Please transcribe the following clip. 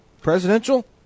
Presidential